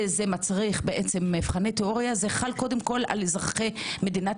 וזה מצריך מבחני תיאוריה - זה חל קודם כל על אזרחי מדינת